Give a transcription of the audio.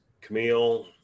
Camille